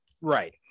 Right